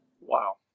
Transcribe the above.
wow